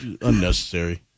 Unnecessary